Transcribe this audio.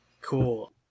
Cool